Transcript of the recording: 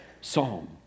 psalm